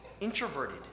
introverted